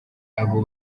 aba